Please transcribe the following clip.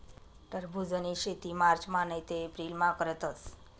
टरबुजनी शेती मार्चमा नैते एप्रिलमा करतस